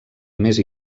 més